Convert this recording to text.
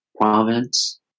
province